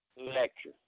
lecture